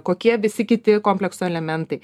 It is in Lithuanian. kokie visi kiti komplekso elementai